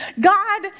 God